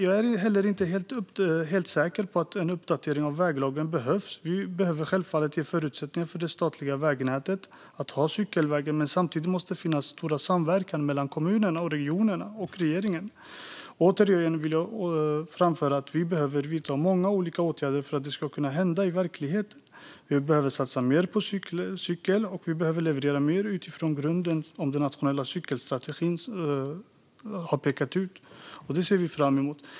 Jag är inte helt säker på att en uppdatering av väglagen behövs. Vi behöver självfallet ge förutsättningar för cykelvägar i det statliga vägnätet, men samtidigt måste det finnas god samverkan mellan kommuner, regioner och regering. Vi behöver som sagt vidta många olika åtgärder för att detta ska bli verklighet. Vi behöver satsa mer på cykling, och vi behöver leverera mer utifrån den nationella cykelstrategin. Detta ser vi fram emot.